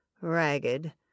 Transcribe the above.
ragged